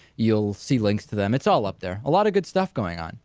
you'll see links to them. it's all up there. a lot of good stuff going on.